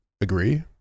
Agree